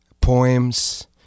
poems